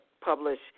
publish